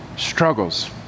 Struggles